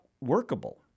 workable